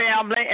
family